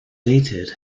dated